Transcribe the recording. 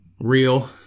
real